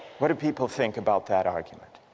what do people think about that argument.